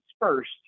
first